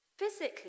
Physically